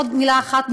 עוד מילה אחת.